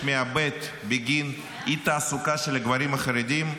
מאבד בגין אי-תעסוקה של הגברים החרדים,